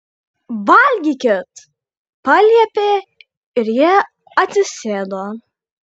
valgykit paliepė ir jie atsisėdo